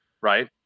right